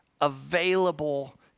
available